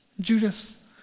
Judas